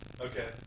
Okay